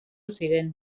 ziren